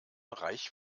reich